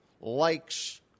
likes